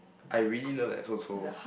I really love that chou-chou